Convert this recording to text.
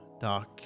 dark